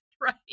right